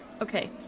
Okay